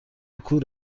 کور